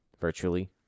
virtually